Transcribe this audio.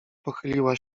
pochyliła